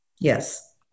Yes